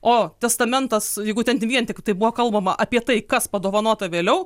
o testamentas jeigu ten vien tiktai buvo kalbama apie tai kas padovanota vėliau